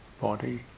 body